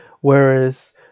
whereas